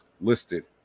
listed